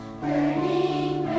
Burning